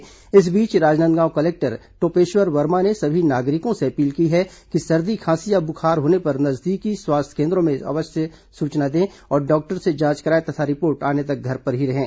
कार्य से इस बीच राजनांदगांव कलेक्टर टोपेश्वर वर्मा ने सभी नागरिकों से अपील की है कि सर्दी खांसी या बुखार होने पर नजदीक स्वास्थ्य केन्द्रों में सूचना अवश्य दें और डॉक्टर से जांच कराएं तथा रिपोर्ट आने तक घर में ही रहें